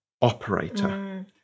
operator